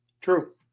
True